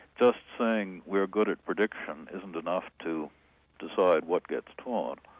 just saying we're good at prediction isn't enough to decide what gets taught.